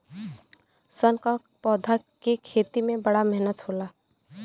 सन क पौधा के खेती में बड़ा मेहनत होला